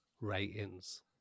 ratings